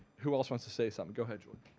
who else wants to say something? go ahead jordan.